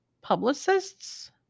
publicists